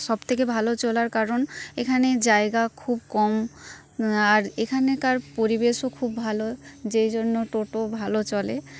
সব থেকে ভালো চলার কারণ এখানে জায়গা খুব কম আর এখানকার পরিবেশও খুব ভালো যেই জন্য টোটো ভালো চলে